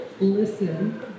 listen